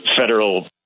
federal